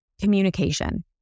communication